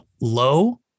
low